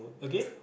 again